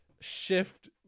shift